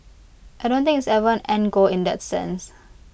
I don't think it's ever end goal in that sense